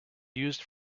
used